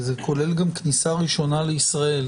זה כולל גם כניסה ראשונה לישראל.